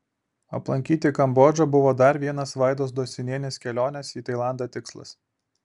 aplankyti kambodžą buvo dar vienas vaidos dosinienės kelionės į tailandą tikslas